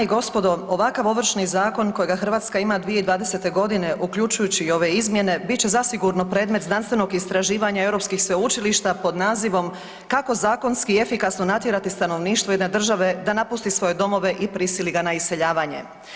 Dame i gospodo, ovakav Ovršni zakon kojega Hrvatska ima 2020.g. uključujući i ove izmjene bit će zasigurno predmet znanstvenog istraživanja europskih sveučilišta pod nazivom „Kako zakonski i efikasno natjerati stanovništvo jedne države da napusti svoje domove i prisili ga na iseljavanje.